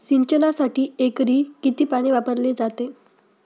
सिंचनासाठी एकरी किती पाणी वापरले जाते?